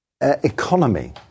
economy